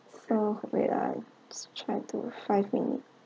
so wait ah try to five minute